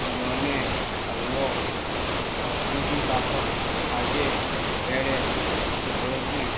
दोणे हालवो साकरीचीं कापां खाजें पेडे बर्फी